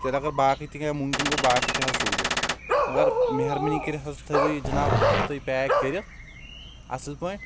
تیٚلہِ اگر باقٕے تہِ کینٛہہ ممکن گوٚو باقٕے تہِ حظ تُلہٕ بہٕ مگر مہربٲنی کٔرِتھ حظ تھٲیزٮ۪و یہِ جناب تُہۍ پیک کٔرِتھ اصل پٲٹھۍ